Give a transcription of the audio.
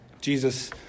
Jesus